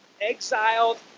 exiled